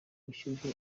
bushyuhe